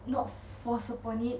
not f~ forced upon it